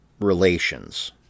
relations